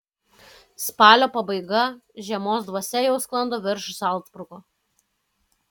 spalio pabaiga žiemos dvasia jau sklando virš zalcburgo